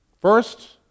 First